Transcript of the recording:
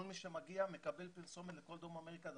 כל מי שמגיע מקבל פרסומת לכל דרום אמריקה דרכנו.